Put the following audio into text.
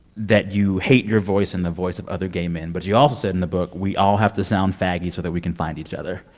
that you hate your voice and the voice of other gay men. but you also said in the book, we all have to sound faggy so that we can find each other.